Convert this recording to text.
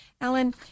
Alan